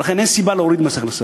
ולכן אין סיבה להוריד מס הכנסה.